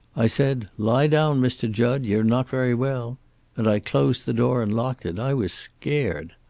i said, lie down, mr. jud. you're not very well and i closed the door and locked it. i was scared.